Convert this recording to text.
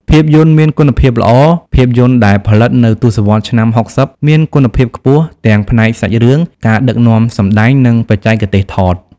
ភាពយន្តមានគុណភាពល្អ ភាពយន្តដែលផលិតនៅទសវត្សរ៍ឆ្នាំ៦០ មានគុណភាពខ្ពស់ទាំងផ្នែកសាច់រឿង ការដឹកនាំសម្ដែង និងបច្ចេកទេសថត។